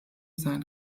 sein